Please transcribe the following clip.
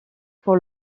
pour